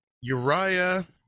Uriah